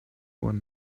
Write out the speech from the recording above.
one